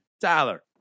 Tyler